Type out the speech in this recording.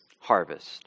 harvest